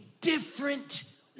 different